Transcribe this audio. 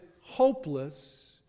hopeless